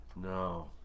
No